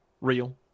Real